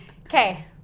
okay